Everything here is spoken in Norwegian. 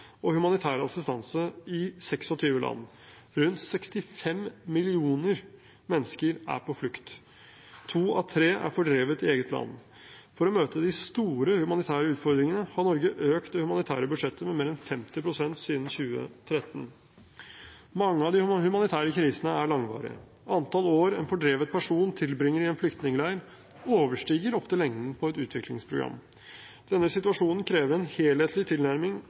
og humanitær assistanse i 26 land. Rundt 65 millioner mennesker er på flukt. To av tre er fordrevet i eget land. For å møte de store humanitære utfordringene har Norge økt det humanitære budsjettet med mer enn 50 pst. siden 2013. Mange av de humanitære krisene er langvarige. Antall år en fordrevet person tilbringer i en flyktningleir, overstiger ofte lengden på et utviklingsprogram. Denne situasjonen krever en helhetlig tilnærming